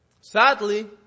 Sadly